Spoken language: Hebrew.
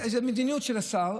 הדברים תלויים במדיניות השר,